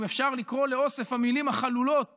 אם אפשר לקרוא כך לאוסף המילים החלולות